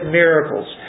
miracles